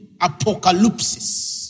apocalypses